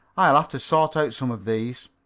i'll have to sort out some of these.